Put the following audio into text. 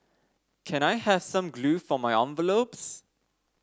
can I have some glue for my envelopes